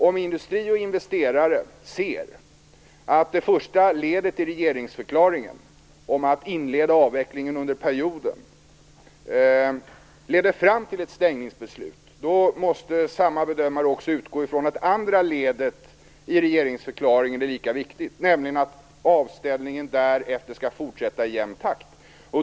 Om industri och investerare ser att det första ledet i regeringsförklaringen om att inleda avvecklingen under mandatprioden leder fram till ett stängningsbeslut måste samma bedömare också utgå från att andra ledet i regeringsförklaringen är lika viktigt, nämligen att avställningen därefter skall fortsätta i jämn takt.